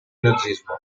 nazismo